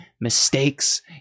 mistakes